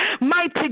Mighty